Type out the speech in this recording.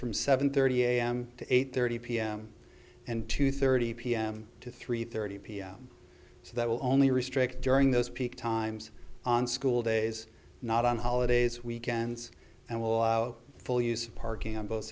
from seven thirty am to eight thirty pm and two thirty pm to three thirty pm so that will only restrict during those peak times on school days not on holidays weekends and will allow full use of parking on both